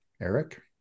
Eric